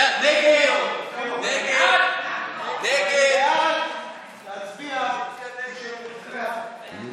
ההצעה להעביר את הצעת חוק מיסוי מקרקעין (שבח